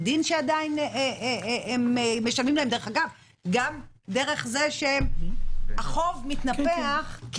הדין שמשלמים להם גם דרך זה שהחוב מתנפח,